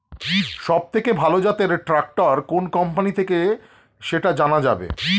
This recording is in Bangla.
সবথেকে ভালো জাতের ট্রাক্টর কোন কোম্পানি থেকে সেটা জানা যাবে?